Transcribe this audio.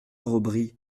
aubry